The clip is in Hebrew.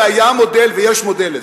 ויש מודל לזה,